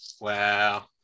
Wow